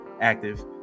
active